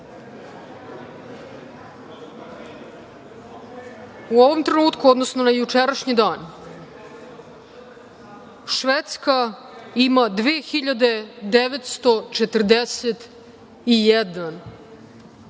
ovom trenutku, u odnosu na jučerašnji dan, Švedska ima 2941